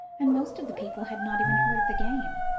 and most of the people had not even heard of the game.